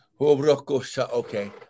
Okay